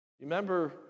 Remember